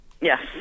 yes